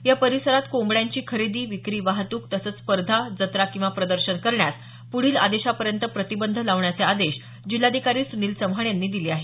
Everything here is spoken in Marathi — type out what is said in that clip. या परिसरात कोंबड्यांची खरेदी विक्री वाहतूक तसंच स्पर्धा जत्रा किंवा प्रदर्शन करण्यास पुढील आदेशापर्यंत प्रतिबंध लावण्याचे आदेश जिल्हाधिकारी सुनील चव्हाण यांनी दिले आहेत